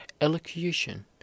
elocution